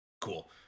Cool